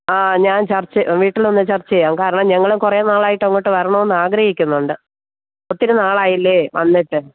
ആ ഞാൻ വീട്ടിലൊന്നു ചർച്ച ചെയ്യാം കാരണം ഞങ്ങള് കുറേ നാളായിട്ട് അങ്ങോട്ട് വരണമെന്ന് ആഗ്രഹിക്കുന്നുണ്ട് ഒത്തിരി നാളായില്ലേ വന്നിട്ട്